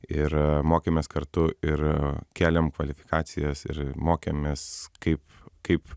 ir mokėmės kartu ir kėlėm kvalifikacijas ir mokėmės kaip kaip